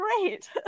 great